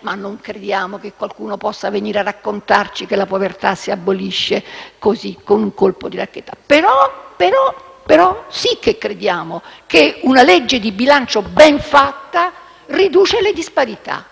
ma non crediamo che qualcuno possa venire raccontarci che la povertà si abolisce così, con colpo di bacchetta. Crediamo però - questo sì - che una legge di bilancio ben fatta riduca le disparità,